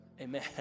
Amen